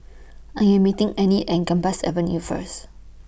I Am meeting Enid At Gambas Avenue First